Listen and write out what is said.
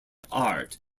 art